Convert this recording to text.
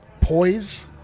poise